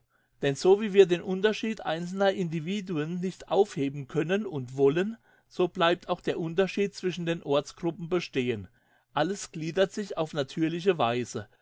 denn so wie wir den unterschied einzelner individuen nicht aufheben können und wollen so bleibt auch der unterschied zwischen den ortsgruppen bestehen alles gliedert sich auf natürliche weise